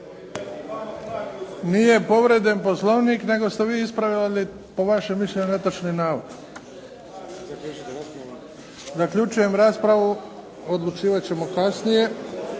Nije povrijeđen Poslovnik nego ste vi ispravljali po vašem mišljenju netočni navod. Zaključujem raspravu. Odlučivat ćemo kasnije.